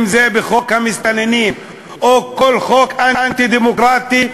אם בחוק המסתננים או כל חוק אנטי-דמוקרטי,